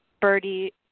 birdie